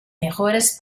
mejores